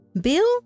Bill